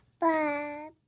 Bye